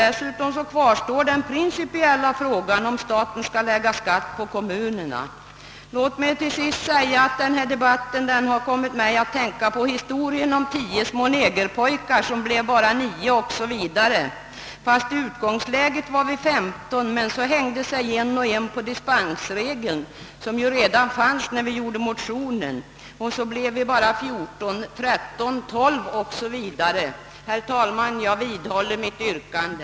Dessutom kvarstår den principiella frågan om staten skall lägga skatt på kommunerna. Låt mig till sist säga att denna debatt kommit mig att tänka på sagan om tio små negerpojkar, som blev bara nio o.s.v. I utgångsläget var vi femton, men så hängde sig en efter en på dispensregeln — som faktiskt fanns redan när vi skrev motionen — och vi blev bara fjorton, tretton, tolv o. s. v. Herr talman! Jag vidhåller mitt yrkande.